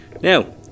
Now